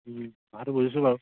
কথাটো বুজিছোঁ বাৰু